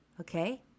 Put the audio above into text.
okay